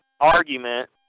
argument